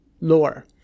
lower